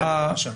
בבקשה.